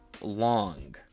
long